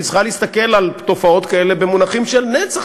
היא צריכה להסתכל על תופעות כאלה במונחים של נצח,